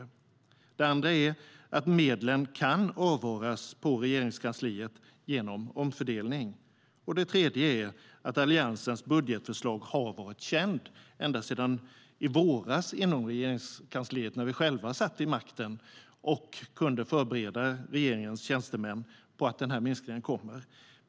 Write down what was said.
Det tredje är att Alliansens budgetförslag har varit känt länge inom Regeringskansliet - ända sedan i våras då vi satt vi makten och kunde förbereda regeringens tjänstemän på att denna minskning skulle komma.